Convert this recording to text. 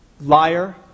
Liar